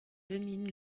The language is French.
domine